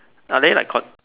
are there like con~